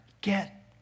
get